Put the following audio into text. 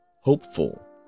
hopeful